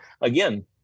again